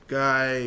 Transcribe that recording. guy